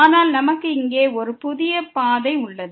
ஆனால் நமக்கு இங்கே ஒரு புதிய பாதை உள்ளது